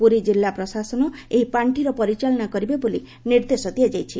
ପୁରୀ ଜିଲ୍ଲା ପ୍ରଶାସନ ଏହି ପାଖିର ପରିଚାଳନା କରିବେ ବୋଲି ନିର୍ଦ୍ଦେଶ ଦିଆଯାଇଛି